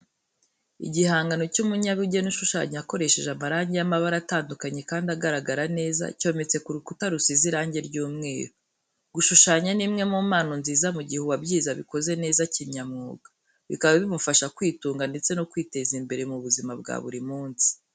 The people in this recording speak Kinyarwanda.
Igihangano cy'umunyabugeni ushushanya akoresheje amarangi y'amabara atandukanye kandi agaragara neza, cyometse ku rukuta rusize irangi ry'umweru. Gushushanya ni imwe mu mpano nziza mu gihe uwabyize abikoze neza kinyamwuga, bikaba bimufasha kwitunga ndetse no kwiteza imbere mu buzima bwa buri munsi.